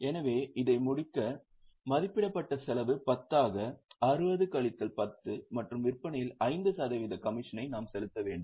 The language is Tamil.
எனவே இதை முடிக்க மதிப்பிடப்பட்ட செலவு 10 ஆக 60 கழித்தல் 10 மற்றும் விற்பனையில் 5 சதவீத கமிஷனை நாம் செலுத்த வேண்டும்